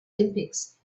olympics